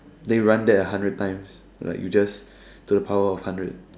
then you run that a hundred time like you just to the power of hundred